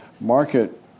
market